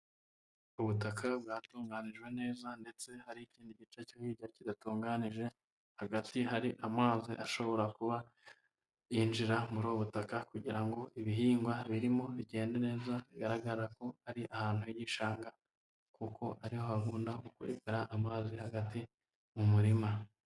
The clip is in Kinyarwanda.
Ubutaka bwatunganijwe neza ndetse hari ikindi gice cyo hirya kidatunganije, hagati hari amazi ashobora kuba yinjira muri ubu butaka kugira ngo ibihingwa birimo bigende neza, bigaragara ko ari ahantu h'igishanga kuko ariho hakunda kugaragara amazi hagati mu murima.